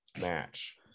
match